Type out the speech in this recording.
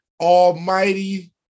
Almighty